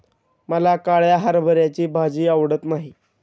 मला काळ्या हरभऱ्याची भाजी आवडत नाही